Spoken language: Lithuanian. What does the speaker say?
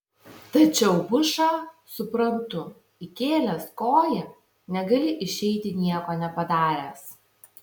tačiau bušą suprantu įkėlęs koją negali išeiti nieko nepadaręs